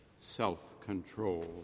self-control